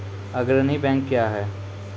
अग्रणी बैंक क्या हैं?